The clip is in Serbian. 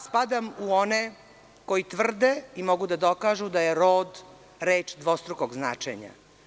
Spadam u one koji tvrde i mogu da dokažu da je rod reč dvostrukog značenja.